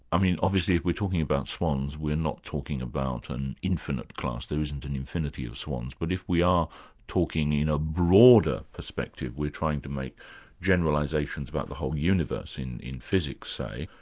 i mean, obviously if we're talking about swans we're not talking about an infinite class, there isn't an infinity of swans, but if we are talking in a broader perspective, we're trying to make generalisations about the whole universe in in physics, say,